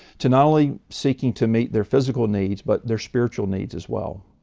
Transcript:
to not only seeking to meet their physical needs but their spiritual needs as well.